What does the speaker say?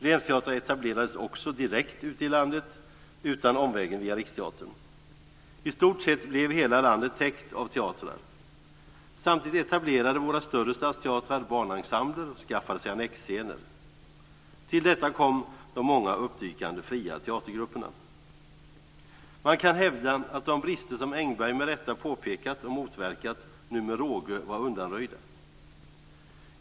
Länsteatrar etablerades också direkt ute i landet utan omvägen via Riksteatern. I stort sett blev hela landet täckt av teatrar. Samtidigt etablerade våra större stadsteatrar barnensembler och skaffade sedan annexscener. Till detta kom de många uppdykande fria teatergrupperna. Man kan hävda att de brister som Engberg med rätta påpekat och motverkat nu med råge var undanröjda.